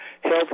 health